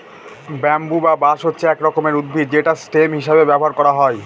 bamboo বা বাঁশ হচ্ছে এক রকমের উদ্ভিদ যেটা স্টেম হিসেবে ব্যবহার করা হয়